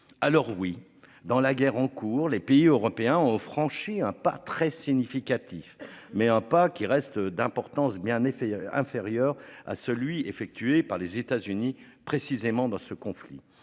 Alors oui, dans la guerre en cours. Les pays européens ont franchi un pas très significatif mais un pas qui reste d'importance mais un effet inférieur à celui effectué par les États-Unis précisément dans ce conflit